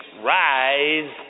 Rise